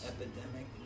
Epidemic